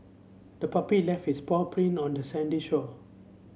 the puppy left its paw print on the sandy shore